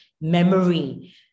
memory